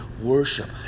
worship